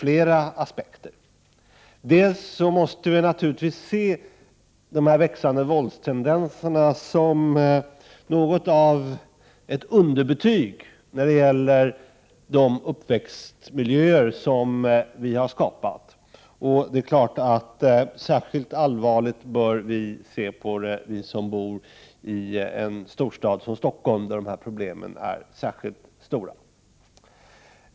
Vi måste naturligtvis se dessa växande våldstendenser som något av ett underbetyg när det gäller de uppväxtmiljöer som vi har skapat. Särskilt allvarligt bör vi som bor i en storstad som Stockholm se på dessa problem, eftersom de där är särskilt stora.